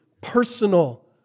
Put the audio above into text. personal